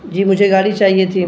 جی مجھے گاڑی چاہیے تھی